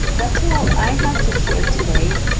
that's all i have to share today.